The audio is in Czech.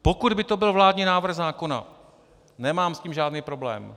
Pokud by to byl vládní návrh zákona, nemám s tím žádný problém.